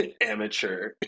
amateur